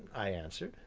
i answered,